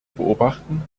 beobachten